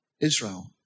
Israel